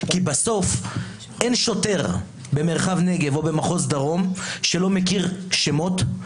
כי בסוף אין שוטר במרחב נגב או במחוז דרום שלא מכיר שמות,